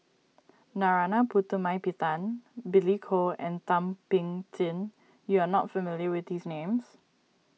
Narana Putumaippittan Billy Koh and Thum Ping Tjin you are not familiar with these names